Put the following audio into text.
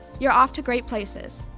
you're off to great places.